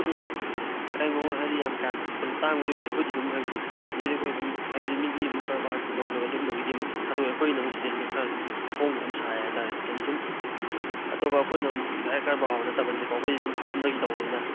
ꯑꯗꯨꯝ ꯀꯩꯅꯣ ꯍꯥꯏꯗꯤ ꯌꯥꯝ ꯀꯥꯍꯦꯟꯅ ꯇꯥꯡꯕꯗꯤ ꯑꯣꯏꯗꯦ ꯑꯩꯈꯣꯏꯗꯤ ꯑꯗꯨꯝ ꯍꯥꯏꯕꯗꯤ ꯁꯤꯗꯩꯗꯤ ꯑꯩꯈꯣꯏ ꯑꯗꯨꯝ ꯍꯥꯏꯗꯤ ꯃꯤꯒꯤ ꯑꯃꯨꯛ ꯀꯔꯕꯥꯔꯅꯨꯡ ꯇꯧꯖꯕ ꯑꯗꯨꯝꯕꯒꯤꯗꯤ ꯑꯃꯨꯛ ꯊꯥꯗꯣꯛꯑꯦ ꯑꯩꯈꯣꯏꯅ ꯑꯃꯨꯛ ꯁꯤꯗꯩꯅ ꯈꯔ ꯑꯗꯨꯝ ꯍꯣꯡꯅ ꯑꯗꯨꯝ ꯁꯥꯏ ꯍꯥꯏꯇꯥꯔꯦ ꯑꯇꯣꯞꯄ ꯑꯩꯈꯣꯏꯅ ꯑꯃꯨꯛ ꯗꯥꯏꯔꯦꯛ ꯀꯔꯕꯥꯔ ꯑꯣꯏꯕ ꯅꯠꯇꯕꯅꯤꯅꯀꯣ ꯑꯩꯈꯣꯏꯗꯤ ꯁꯨꯝ ꯐꯥꯝꯗꯒꯤ ꯇꯧꯕꯅꯤꯅ